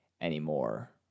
anymore